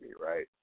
right